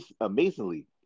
amazingly